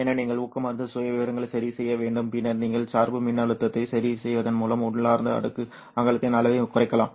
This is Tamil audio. எனவே நீங்கள் ஊக்கமருந்து சுயவிவரங்களை சரிசெய்ய வேண்டும் பின்னர் நீங்கள் சார்பு மின்னழுத்தத்தை சரிசெய்வதன் மூலம் உள்ளார்ந்த அடுக்கு அகலத்தின் அளவைக் குறைக்கலாம்